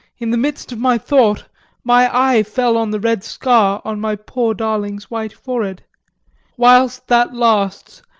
in the midst of my thought my eye fell on the red scar on my poor darling's white forehead. whilst that lasts,